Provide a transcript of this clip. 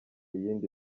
yindi